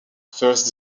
first